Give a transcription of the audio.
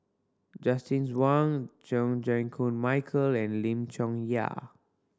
Justin Zhuang Chan Chew Koon Michael and Lim Chong Yah